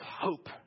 hope